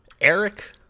Eric